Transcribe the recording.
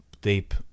deep